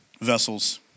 vessels